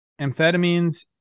amphetamines